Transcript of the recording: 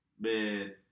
Man